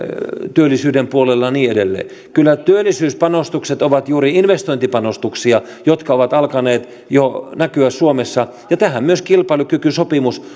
työllisyyden puolella ja niin edelleen kyllä työllisyyspanostukset ovat juuri investointipanostuksia jotka ovat alkaneet jo näkyä suomessa ja tähän myös kilpailukykysopimus